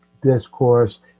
discourse